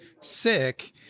sick